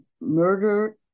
murder